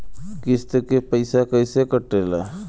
किस्त के पैसा कैसे कटेला?